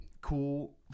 cool